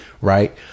right